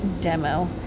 demo